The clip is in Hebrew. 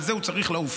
על זה הוא צריך לעוף.